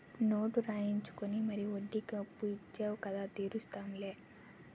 note రాయించుకుని మరీ వడ్డీకి అప్పు ఇచ్చేవు కదా తీరుస్తాం లే